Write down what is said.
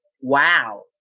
wow